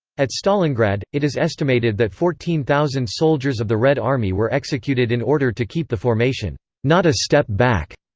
at stalingrad, it is estimated that fourteen thousand soldiers of the red army were executed in order to keep the formation. not a step back!